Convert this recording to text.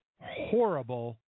horrible